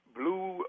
blue